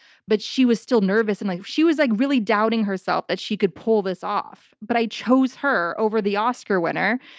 but she was still nervous. and like she was like really doubting herself that she could pull this off, but i chose her over the oscar winner.